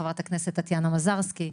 חברת הכנסת טטיאנה מזרסקי,